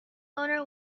owner